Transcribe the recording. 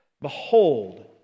behold